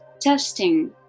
testing